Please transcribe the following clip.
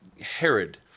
Herod